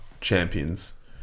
champions